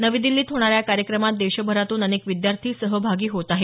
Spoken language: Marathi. नवी दिल्लीत होणाऱ्या या कार्यक्रमात देशभरातून अनेक विद्यार्थी सहभागी होत आहेत